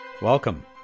Welcome